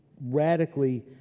radically